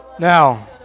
Now